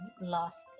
lost